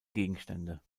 gegenstände